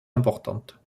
importante